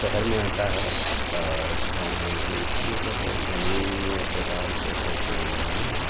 شہر میں آتا ہے اور گاؤں میں نہیں اِس لئے جو ہے زمینی اعتبار سے تو کوئی نہیں ہے